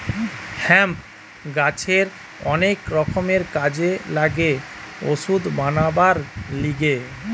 hemp গাছের অনেক রকমের কাজে লাগে ওষুধ বানাবার লিগে